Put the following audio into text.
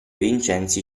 vincenzi